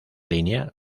línea